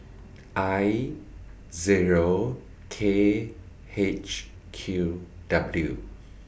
I Zero K H Q W